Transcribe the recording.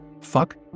fuck